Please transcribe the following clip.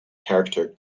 character